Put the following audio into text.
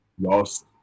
lost